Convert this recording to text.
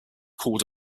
called